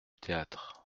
théâtre